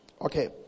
Okay